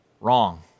Wrong